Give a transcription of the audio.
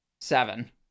Seven